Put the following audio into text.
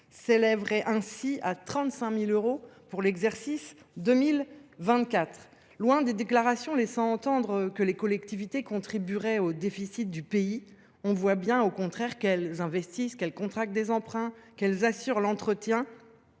s’élèverait ainsi à 35 000 euros pour l’exercice 2024. Loin des déclarations laissant entendre que les collectivités contribueraient au déficit du pays, on voit bien au contraire qu’elles investissent et qu’elles contractent des emprunts pour garantir les